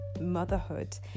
motherhood